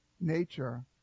nature